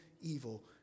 evil